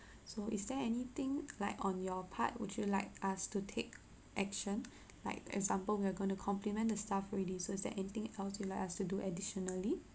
so is there anything like on your part would you like us to take action like example we are going to compliment the staff already is there anything else you like us to do additionally